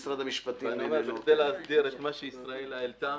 כדי להסדיר את מה שישראלה העלתה,